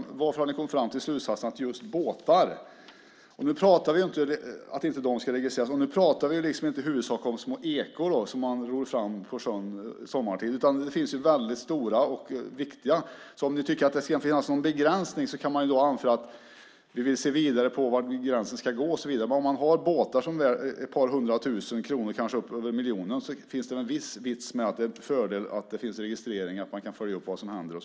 Varför har ni kommit fram till slutsatsen att just båtar inte ska registreras? Vi pratar ju inte om små ekor som man ror fram på sjön sommartid, utan tycker ni att det ska finnas någon begränsning kan man ju då titta vidare på var gränsen ska gå. Har man båtar som är värda ett par hundratusen kronor, kanske över miljonen, finns det väl en viss vits med att man kan följa upp vad som händer.